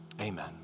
amen